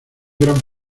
gran